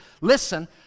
Listen